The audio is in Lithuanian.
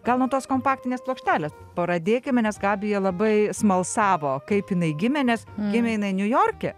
gal nuo tos kompaktinės plokštelės pradėkime nes gabija labai smalsavo kaip jinai gimė nes gimė jinai niujorke